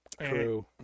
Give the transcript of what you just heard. True